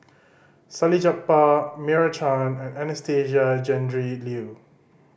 Salleh Japar Meira Chand and Anastasia Tjendri Liew